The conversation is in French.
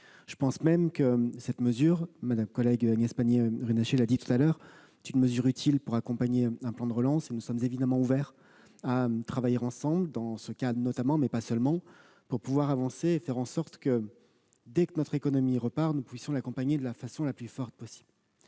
Je pense même que cette mesure, et ma collègue Agnès Pannier-Runacher l'a dit précédemment, est utile pour accompagner un plan de relance, et nous sommes évidemment ouverts à l'idée de travailler ensemble dans ce cadre, notamment- mais pas seulement -pour avancer et faire en sorte que, dès que notre économie repartira, nous puissions l'accompagner de la façon la plus forte possible.